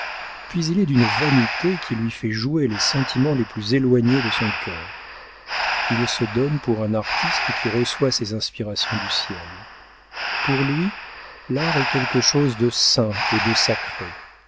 puis il est d'une vanité qui lui fait jouer les sentiments les plus éloignés de son cœur il se donne pour un artiste qui reçoit ses inspirations du ciel pour lui l'art est quelque chose de saint et de sacré